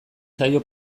zaio